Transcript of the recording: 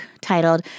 titled